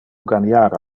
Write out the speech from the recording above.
ganiar